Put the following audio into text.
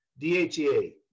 DHEA